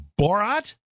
Borat